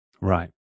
right